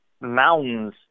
mountains